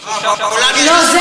שלוש שנים, אבל גם לא שלושה חודשים.